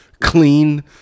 clean